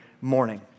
morning